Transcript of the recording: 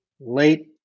late